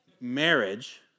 Marriage